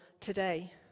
today